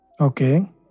Okay